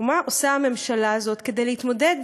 מה עושה הממשלה הזאת כדי להתמודד